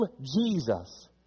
Jesus